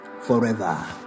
forever